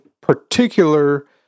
particular